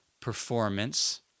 performance